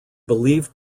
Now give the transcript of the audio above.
believed